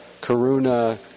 karuna